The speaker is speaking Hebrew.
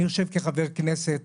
אני יושב כחבר כנסת.